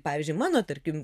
pavyzdžiui mano tarkim